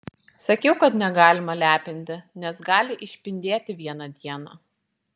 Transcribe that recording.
sakiau kad negalima lepinti nes gali išpindėti vieną dieną